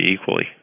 equally